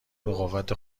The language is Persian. بقوت